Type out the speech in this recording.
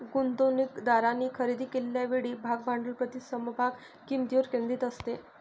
गुंतवणूकदारांनी खरेदी केलेल्या वेळी भाग भांडवल प्रति समभाग किंमतीवर केंद्रित असते